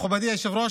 מכובדי היושב-ראש,